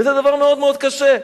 וזה דבר מאוד מאוד קשה.